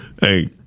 Hey